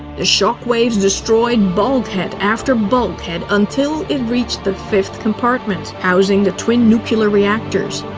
the shockwaves destroyed bulkhead after bulkhead until it reached the fifth compartment, housing the twin nuclear reactors.